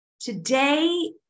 Today